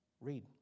Read